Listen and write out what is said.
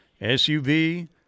SUV